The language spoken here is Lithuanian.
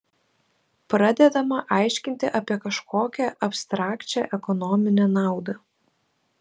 pradedama aiškinti apie kažkokią abstrakčią ekonominę naudą